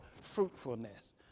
fruitfulness